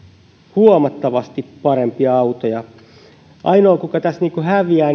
huomattavasti parempia autoja luulen että ainoa kuka tässä häviää